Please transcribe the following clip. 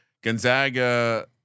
Gonzaga